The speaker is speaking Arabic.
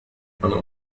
أنا